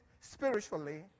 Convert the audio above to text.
spiritually